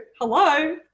hello